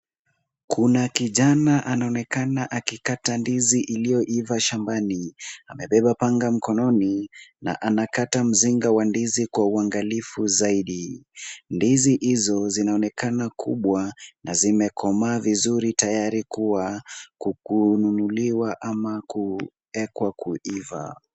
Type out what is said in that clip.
Kuna kijana anaonekana akikata ndizi iliyoiva shambani. Amebeba panga mkononi na anakata mzinga wa ndizi kwa uangalifu zaidi. Ndizi hizo zinaonekana kubwa na zimekomaa vizuri tayari kuwa kununuliwa ama kuwekwa kuiva.